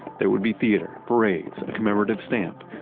there would be theater, parades, a commemorative stamp.